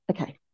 okay